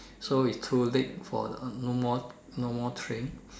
so is too late for no more no more train